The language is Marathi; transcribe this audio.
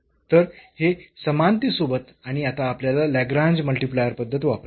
तर हे समानतेसोबत आणि आता आपल्याला लाग्रेन्ज मल्टिप्लायर पद्धत वापरायची आहे